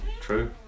True